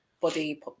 body